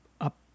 up